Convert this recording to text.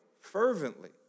fervently